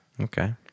Okay